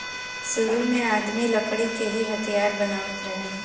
सुरु में आदमी लकड़ी के ही हथियार बनावत रहे